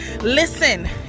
listen